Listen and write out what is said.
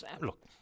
Look